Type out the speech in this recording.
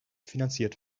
finanziert